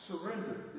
Surrender